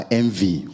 envy